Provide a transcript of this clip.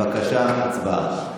בבקשה, ההצבעה.